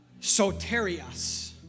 soterias